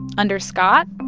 under scott,